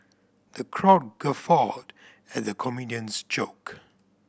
the crowd guffawed at the comedian's joke